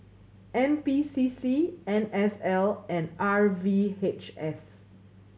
N P C C N S L and R V H S